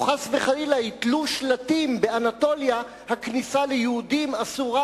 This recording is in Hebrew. או חס וחלילה יתלו שלטים באנטליה: הכניסה ליהודים אסורה,